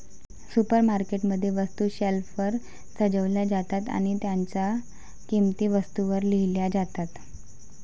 supermarket मध्ये, वस्तू शेल्फवर सजवल्या जातात आणि त्यांच्या किंमती वस्तूंवर लिहिल्या जातात